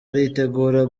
aritegura